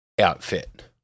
Outfit